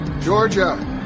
Georgia